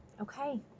okay